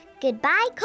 Goodbye